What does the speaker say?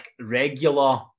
regular